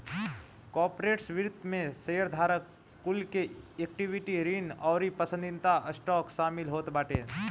corporate वित्त में शेयरधारक कुल के इक्विटी, ऋण अउरी पसंदीदा स्टॉक शामिल होत बाटे